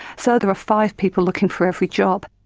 so there were five people looking for every job.